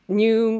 new